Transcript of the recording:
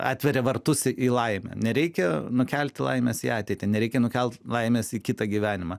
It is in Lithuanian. atveria vartus į laimę nereikia nukelti laimės į ateitį nereikia nukelti laimės į kitą gyvenimą